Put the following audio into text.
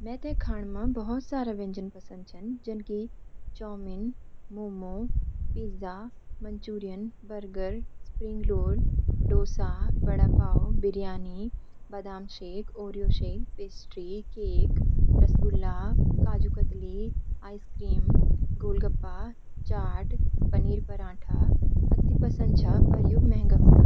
मैं तैं खाण मा बहुत सारा व्यंजन पंसद छन जन कि chow mein, momo, pizza, Manchurian, burger, spring roll, dosa, vada pav, 'biryani, बादाम shake, Oreo shake, pastry, cake, rasgulla, kaju katli, ice cream, gol gappa chaat paneer paratha अति पंसद छा पर यु मंहगा हुंदा ।